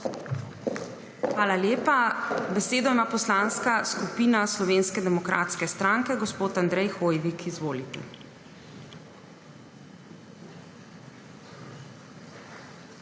Hvala lepa. Besedo ima Poslanska skupina Slovenske demokratske stranke. Gospod Andrej Hoivik, izvolite.